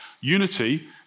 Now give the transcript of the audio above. Unity